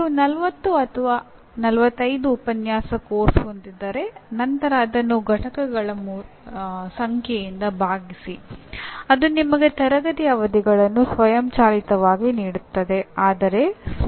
ನೀವು 40 ಉಪನ್ಯಾಸ ಅಥವಾ 45 ಉಪನ್ಯಾಸ ಪಠ್ಯಕ್ರಮ ಹೊಂದಿದ್ದರೆ ನಂತರ ಅದನ್ನು ಪಠ್ಯಗಳ ಸಂಖ್ಯೆಯಿಂದ ಭಾಗಿಸಿ ಅದು ನಿಮಗೆ ತರಗತಿಯ ಅವಧಿಗಳನ್ನು ಸ್ವಯಂಚಾಲಿತವಾಗಿ ನೀಡುತ್ತದೆ